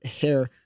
hair